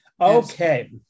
Okay